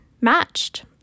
matched